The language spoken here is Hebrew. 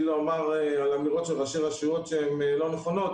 לומר על אמירות של ראשי רשויות שהן לא נכונות,